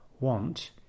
want